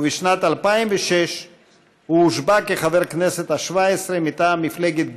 ובשנת 2006 הוא הושבע לחבר בכנסת השבע-עשרה מטעם מפלגת גיל,